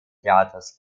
theaters